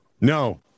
No